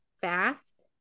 fast